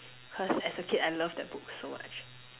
cause as a kid I loved that book so much